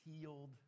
healed